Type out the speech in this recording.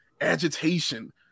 agitation